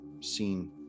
seen